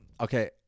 okay